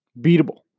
beatable